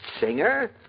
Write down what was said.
Singer